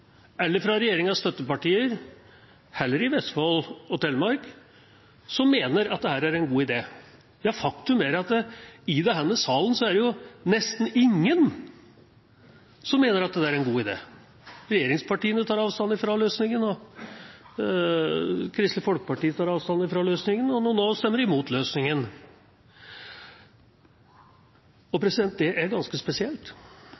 eller fra regjeringas støttepartier, heller ikke i Vestfold og Telemark, som mener at dette er en god idé. Ja, faktum er at i denne salen er det jo nesten ingen som mener at dette er en god idé. Regjeringspartiene tar avstand fra løsningen, og Kristelig Folkeparti tar avstand fra løsningen, og noen stemmer nå imot løsningen. Det er ganske spesielt.